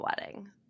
wedding